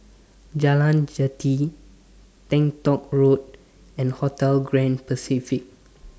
Jalan Jati Teng Tong Road and Hotel Grand Pacific